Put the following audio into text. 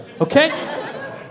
okay